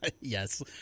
Yes